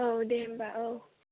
औ दे होनबा औ